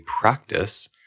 practice